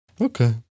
Okay